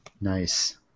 Nice